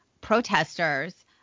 protesters